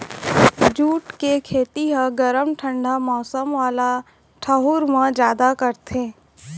jute के खेती ह गरम अउ ठंडा मौसम वाला ठऊर म जादा करथे